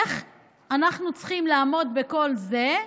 איך אנחנו צריכים לעמוד בכל זה,